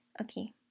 okay